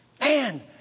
Man